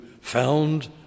found